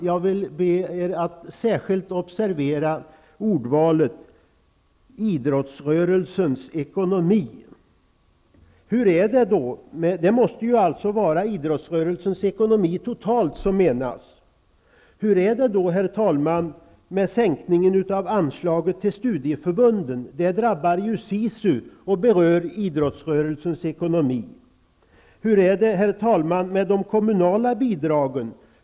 Jag vill be er att särskilt observera ordvalet ''idrottsrörelsens ekonomi''. Det måste vara idrottsrörelsens ekonomi totalt som menas. Hur är det då, herr talman, med sänkningen av anslaget till studieförbunden? Det drabbar ju SISU och berör idrottsrörelsens ekonomi. Hur är det, herr talman, med de kommunala bidragen?